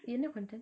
என்ன:enna content